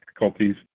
difficulties